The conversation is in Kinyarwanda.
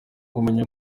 kumenya